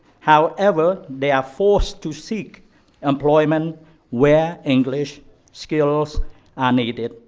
however, they are forced to seek employment where english skills are needed,